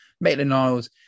Maitland-Niles